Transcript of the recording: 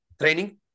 training